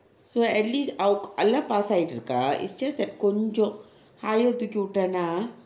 so at least எல்லாம்:ellam pass அயட்டிருக்கிறாள்:ayttuirukiral is just that கொஞ்சும்:konjum higher தூக்கிவிட்டா:thukkivittaa